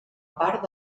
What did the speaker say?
part